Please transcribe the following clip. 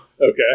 Okay